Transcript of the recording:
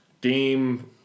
game